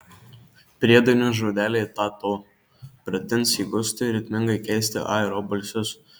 priedainio žodeliai ta to pratins įgusti ritmingai keisti a ir o balsius